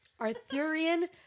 arthurian